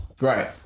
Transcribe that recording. Right